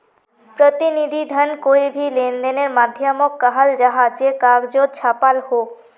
प्रतिनिधि धन कोए भी लेंदेनेर माध्यामोक कहाल जाहा जे कगजोत छापाल हो